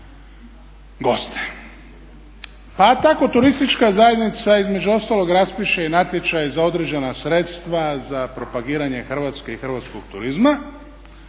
Pa tako Turistička zajednica između ostalog raspiše i natječaj za određena sredstva za propagiranje hrvatske i hrvatskog turizma